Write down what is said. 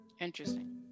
interesting